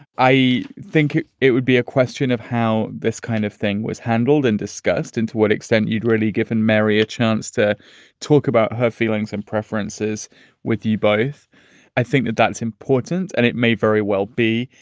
i think it would be a question of how this kind of thing was handled and discussed and to what extent you'd really given mary a chance to talk about her feelings and preferences with you bodythe i think that that's important and it may very well be.